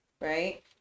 right